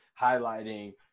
highlighting